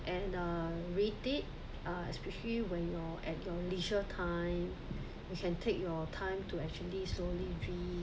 and uh read it uh especially when you're at your leisure time you can take your time to actually slowly read